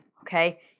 okay